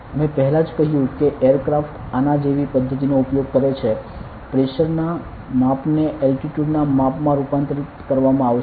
મેં પહેલા જ કહ્યું કે એરક્રાફ્ટ આના જેવી પદ્ધતિનો ઉપયોગ કરે છે પ્રેશર ના માપને એલ્ટિટ્યુટ ના માપ માં રૂપાંતરિત કરવામાં આવશે